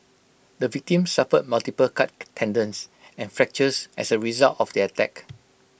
the victim suffered multiple cut tendons and fractures as A result of the attack